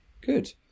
good